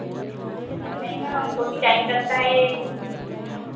नहीं मैम हमको भी टाइम लगता है